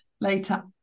later